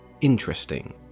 interesting